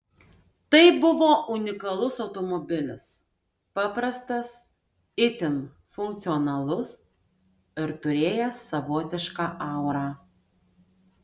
tai buvo unikalus automobilis paprastas itin funkcionalus ir turėjęs savotišką aurą